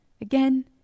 again